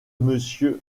monsieur